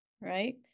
Right